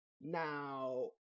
Now